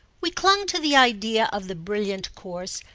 we clung to the idea of the brilliant course,